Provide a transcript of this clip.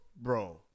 bro